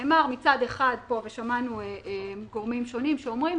נאמר מצד אחד פה, ושמענו מגורמים שונים שאומרים